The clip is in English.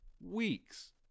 Weeks